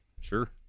Sure